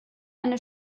eine